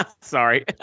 sorry